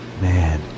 Man